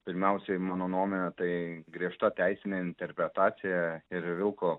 pirmiausiai mano nuomone tai griežta teisinė interpretacija ir vilko